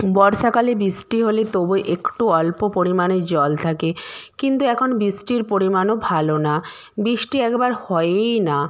বর্ষাকালে বৃষ্টি হলে তবুও একটু অল্প পরিমাণে জল থাকে কিন্তু এখন বৃষ্টির পরিমাণও ভালো না বৃষ্টি একবার হয়েই না